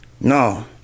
no